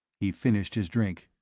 he finished his drink.